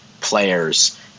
players